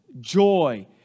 joy